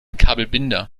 kabelbinder